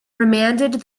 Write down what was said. remanded